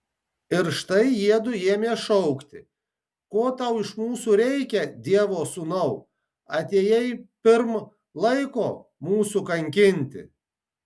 ir štai jiedu ėmė šaukti ko tau iš mūsų reikia dievo sūnau atėjai pirm laiko mūsų kankinti